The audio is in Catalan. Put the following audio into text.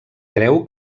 creu